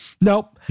nope